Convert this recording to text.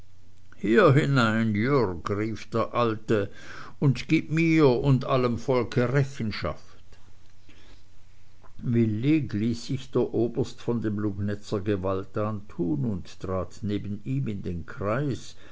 hier hinein jürg rief der alte und gib mir und allem volke rechenschaft willig ließ sich der oberst von dem lugnetzer gewalt antun und trat neben ihm in den kreis